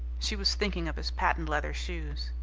she was thinking of his patent leather shoes.